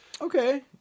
Okay